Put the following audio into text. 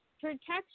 protection